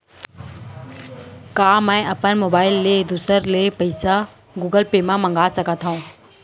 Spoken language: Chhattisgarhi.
का मैं अपन मोबाइल ले दूसर ले पइसा गूगल पे म पइसा मंगा सकथव?